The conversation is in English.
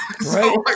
Right